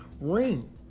ring